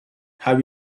have